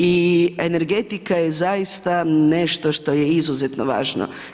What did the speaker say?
I energetika je zaista nešto što je izuzetno važno.